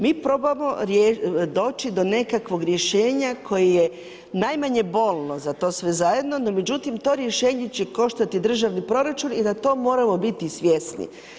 Mi probamo doći do nekakvog rješenja koje je najmanje bolno za to sve zajedno, no međutim to rješenje će koštati državni proračun i na to moramo biti svjesni.